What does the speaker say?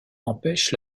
empêche